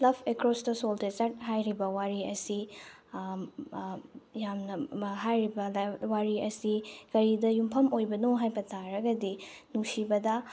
love across the soul desert ꯍꯥꯏꯔꯤꯕ ꯋꯥꯔꯤ ꯑꯁꯤ ꯌꯥꯝꯅ ꯍꯥꯏꯔꯤꯕ ꯋꯥꯔꯤ ꯑꯁꯤ ꯀꯔꯤꯗ ꯌꯨꯝꯐꯝ ꯑꯣꯏꯕꯅꯣ ꯍꯥꯏꯕ ꯇꯥꯔꯒꯗꯤ ꯅꯨꯡꯁꯤꯕꯗ